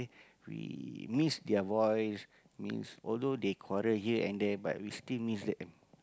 we miss their voice means although they quarrel here and there but we still miss them